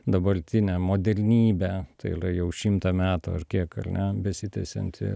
dabartinę modernybę tai ylia jau šimtą metų ar kiek al ne besitęsiantį